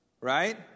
right